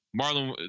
Marlon